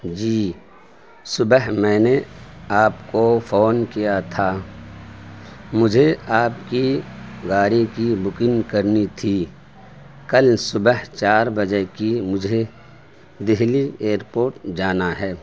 جی صبح میں نے آپ کو فون کیا تھا مجھے آپ کی گاڑی کی بکنگ کرنی تھی کل صبح چار بجے کی مجھے دہلی ایئر پوٹ جانا ہے